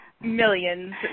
millions